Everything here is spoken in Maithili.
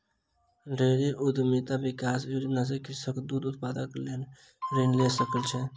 डेयरी उद्यमिता विकास योजना सॅ कृषक दूध उत्पादनक लेल ऋण लय सकै छै